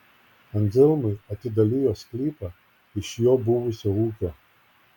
anzelmui atidalijo sklypą iš jo buvusio ūkio